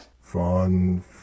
fun